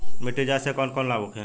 मिट्टी जाँच से कौन कौनलाभ होखे?